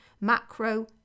macro